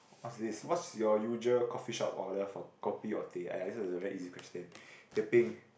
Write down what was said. what is this what is your usual coffee shop order for kopi or tea !aiya! this one is a very easy question teh teh-peng